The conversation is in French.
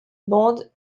bandes